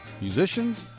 musicians